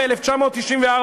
ב-1994,